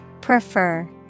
Prefer